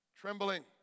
trembling